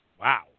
Wow